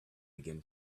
began